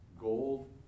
Gold